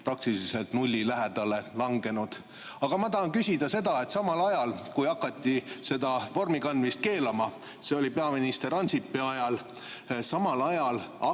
praktiliselt nulli lähedale langenud. Aga ma tahan küsida selle kohta, et samal ajal, kui hakati seda vormi kandmist keelama, see oli peaminister Ansipi ajal, hakkas